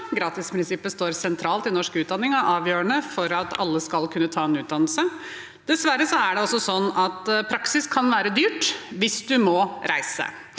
Gratisprinsippet står sentralt i norsk utdanning og er avgjørende for at alle skal kunne ta en utdannelse. Dessverre er det sånn at praksis kan være dyrt hvis man må reise,